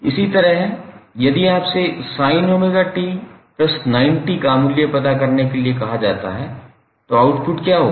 इसी तरह यदि आपसे sin𝜔𝑡90 का मूल्य पता करने के लिए कहा जाता है तो आउटपुट क्या होगा